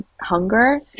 hunger